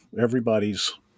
everybody's